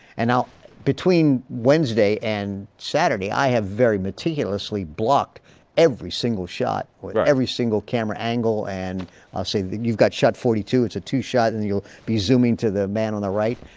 and now between wednesday and saturday i have very meticulously blocked every single shot or every single camera angle and say you've got shot forty two, it's a two shot and you'll be zooming to the man on the right.